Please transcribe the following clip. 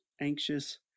anxious